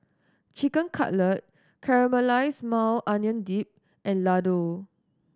Chicken Cutlet Caramelized Maui Onion Dip and Ladoo